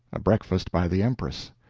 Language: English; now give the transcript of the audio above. a breakfast by the empress.